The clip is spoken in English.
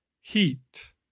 heat